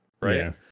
right